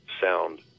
sound